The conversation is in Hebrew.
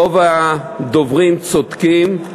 רוב הדוברים צודקים.